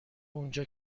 اونجا